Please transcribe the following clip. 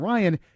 Ryan